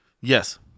Yes